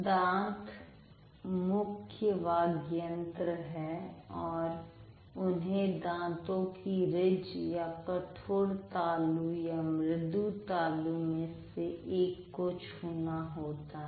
दांत मुख्य वाग्यंत्र हैं और उन्हें दांतो की रिज् या कठोर तालु या मृदु तालु में से एक को छुना होता है